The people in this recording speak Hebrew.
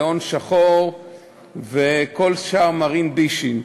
להון שחור וכל שאר מרעין בישין.